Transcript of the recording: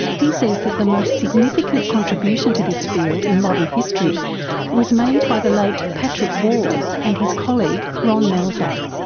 he says that the most significant contribution to this field in modern history was made by the late patrick wall and his colleague ron melzack.